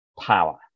power